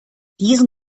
diesen